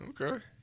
Okay